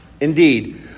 indeed